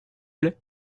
plait